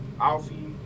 Alfie